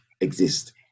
exist